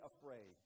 afraid